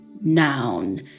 Noun